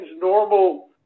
normal